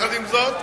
עם זאת,